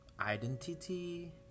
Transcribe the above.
identity